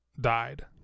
died